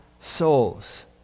souls